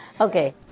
Okay